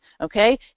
okay